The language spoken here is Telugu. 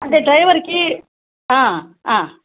అంటే డ్రైవర్కి